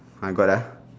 ah got uh